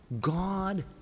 God